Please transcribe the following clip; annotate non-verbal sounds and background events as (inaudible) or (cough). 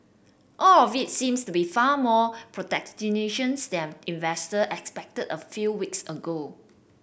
all of it seems to be far more (unintelligible) than investor expected a few weeks ago